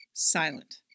Silent